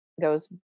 goes